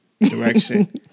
Direction